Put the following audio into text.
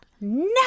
no